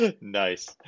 Nice